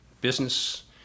business